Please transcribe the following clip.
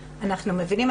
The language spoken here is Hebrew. אנחנו מבינים,